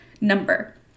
number